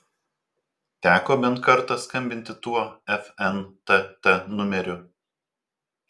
teko bent kartą skambinti tuo fntt numeriu